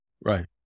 Right